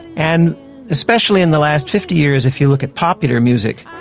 and especially in the last fifty years if you look at popular music,